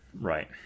Right